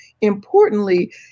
importantly